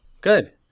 Good